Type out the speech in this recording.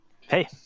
Hey